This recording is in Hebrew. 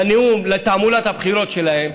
לנאום לתעמולת הבחירות שלהם.